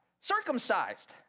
circumcised